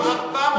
במקום 400,